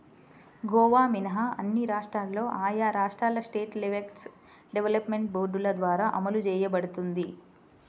గోవా మినహా అన్ని రాష్ట్రాల్లో ఆయా రాష్ట్రాల స్టేట్ లైవ్స్టాక్ డెవలప్మెంట్ బోర్డుల ద్వారా అమలు చేయబడుతోంది